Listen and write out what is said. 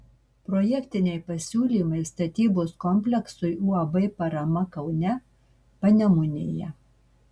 projektiniai pasiūlymai statybos kompleksui uab parama kaune panemunėje